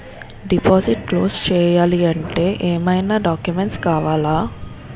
Deposit close చేయాలి అంటే ఏమైనా డాక్యుమెంట్స్ కావాలా?